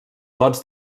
lots